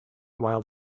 while